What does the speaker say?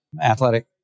athletic